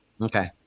okay